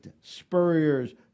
spurrier's